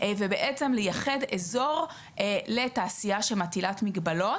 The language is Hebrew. ובעצם לייחד אזור לתעשייה שמטילה מגבלות,